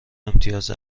امتیاز